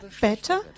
better